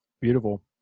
Beautiful